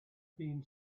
been